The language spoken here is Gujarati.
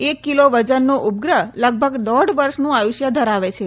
એક કિલો વજનનો ઉપગ્રહ લગભગ દોઢ વર્ષનું આયુષ્ય ધરાવે છે